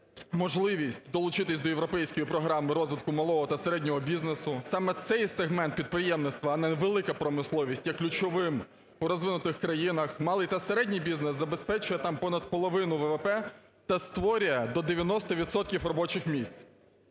можливість долучитись до європейської програми розвитку малого та середнього бізнесу. Саме цей сегмент підприємництва, а не велика промисловість, є ключовим у розвинутих країнах. Малий та середній бізнес забезпечує там понад половину ВВП та створює до 90 відсотків робочих місць.